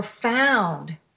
profound